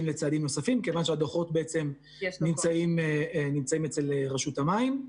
לצעדים נוספים כיוון שהדוחות בעצם נמצאים אצל רשות המים.